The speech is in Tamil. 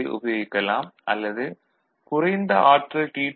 எல் ஐ உபயோகிக்கலாம் அல்லது குறைந்த ஆற்றல் டி